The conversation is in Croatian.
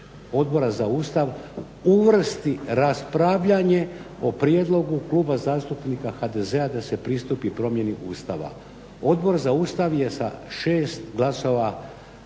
Odbora za Ustav uvrsti raspravljanje o prijedlogu Kluba zastupnika HDZ-a, da se pristupi promjeni Ustava. Odbor za Ustav je sa šest glasova